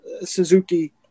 Suzuki